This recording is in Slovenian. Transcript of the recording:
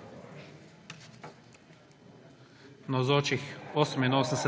48. (Za je